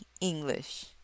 English